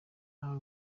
yahawe